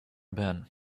ben